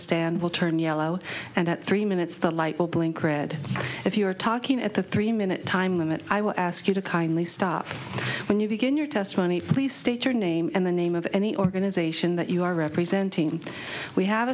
stand will turn yellow and at three minutes the light will blink read if you are talking at the three minute time limit i will ask you to kindly stop when you begin your testimony please state your name and the name of any organization that you are representing we have